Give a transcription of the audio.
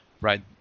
right